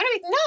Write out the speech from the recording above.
No